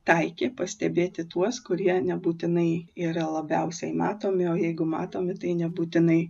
taikė pastebėti tuos kurie nebūtinai yra labiausiai matomi o jeigu matomi tai nebūtinai